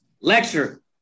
Lecture